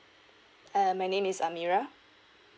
uh my name is amirah